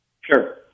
sure